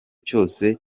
cyose